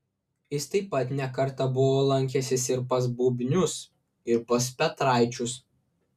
jis taip pat ne kartą buvo lankęsis ir pas bubnius ir pas petraičius